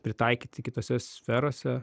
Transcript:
pritaikyti kitose sferose